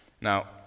Now